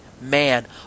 man